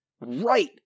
right